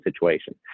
situation